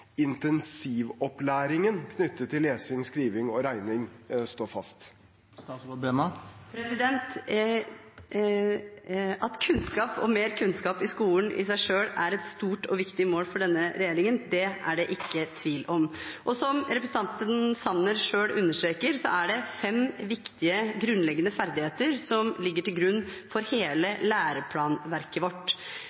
intensivopplæringen knyttet til lesing, skriving og regning står fast? At kunnskap og mer kunnskap i skolen i seg selv er et stort og viktig mål for denne regjeringen, er det ikke tvil om. Som representanten Sanner selv understreker, er det fem viktige grunnleggende ferdigheter som ligger til grunn for hele